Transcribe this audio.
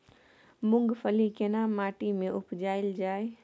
मूंगफली केना माटी में उपजायल जाय?